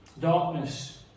Darkness